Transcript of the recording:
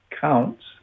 counts